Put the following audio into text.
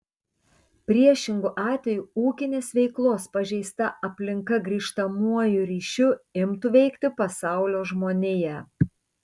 priešingu atveju ūkinės veiklos pažeista aplinka grįžtamuoju ryšiu imtų veikti pasaulio žmoniją